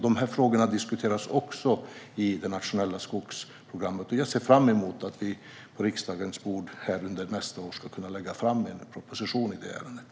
De frågorna diskuteras också i det nationella skogsprogrammet. Jag ser fram emot att vi på riksdagens bord under nästa år ska kunna lägga fram en proposition i ärendet.